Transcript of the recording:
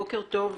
בוקר טוב,